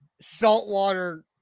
Saltwater